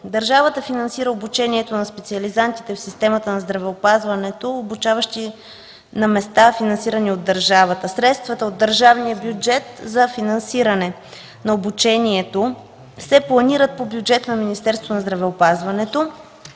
Държавата финансира обучението на специализантите в системата на здравеопазването, обучаващи се на места, финансирани от държавата. Средствата от държавния бюджет за финансиране на обучението се планират по бюджета на Министерството на здравеопазването.